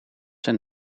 zijn